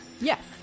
Yes